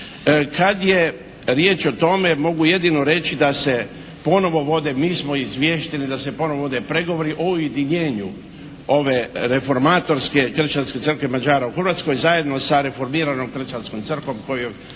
da se ponovno vode, mi smo izvijestili da se ponovo vode pregovori o ujedinjenju ove reformatorske kršćanske crkve Mađara u Hrvatskoj zajedno sa reformiranom kršćanskom crkvom kojoj